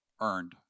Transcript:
earned